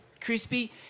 Crispy